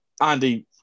Andy